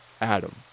Adam